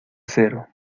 cero